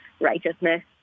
righteousness